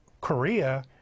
Korea